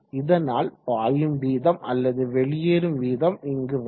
இதனால் பாயும் வீதம் அல்லது வெளியேறும் வீதம் இங்கு வரும்